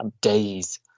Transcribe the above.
days